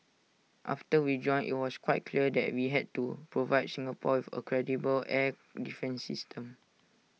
after we joined IT was quite clear that we had to provide Singapore with A credible air defence system